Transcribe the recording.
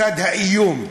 צד האיום: